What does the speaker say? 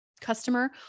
customer